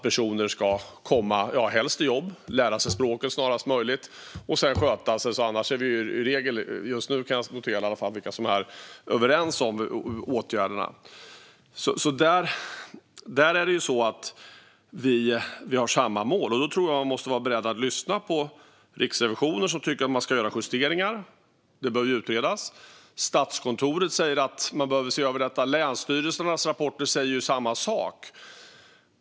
Personer ska helst komma i jobb och lära sig språket snarast möjligt, och sedan ska de sköta sig. Jag noterar vilka som är överens om åtgärderna. Där har vi samma mål. Vi måste vara beredda att lyssna på Riksrevisionen som tycker att man ska göra justeringar. Det bör utredas. Statskontoret säger att man behöver se över detta. Länsstyrelsernas rapporter säger samma sak.